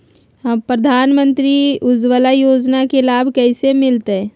प्रधानमंत्री उज्वला योजना के लाभ कैसे मैलतैय?